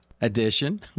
edition